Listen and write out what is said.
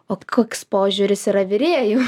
o koks požiūris yra virėjų